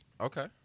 Okay